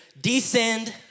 descend